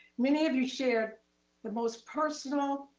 many of you shared the most personal